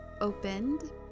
opened